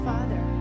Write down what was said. Father